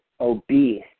obese